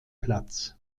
platz